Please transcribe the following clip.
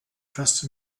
trust